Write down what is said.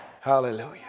Hallelujah